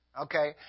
Okay